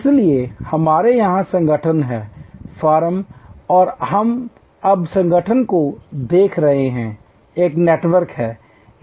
इसलिए हमारे यहां संगठन है फर्म और हम अब संगठन को देख रहे हैं एक नेटवर्क है